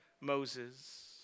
Moses